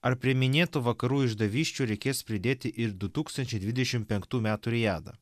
ar prie minėtų vakarų išdavysčių reikės pridėti ir du tūkstančiai dvidešimt penktų metų rijadą